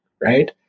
right